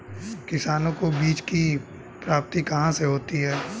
किसानों को बीज की प्राप्ति कहाँ से होती है?